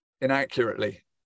inaccurately